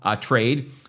trade